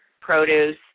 produce